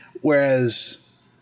Whereas